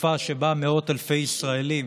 תקופה שבה מאות אלפי ישראלים,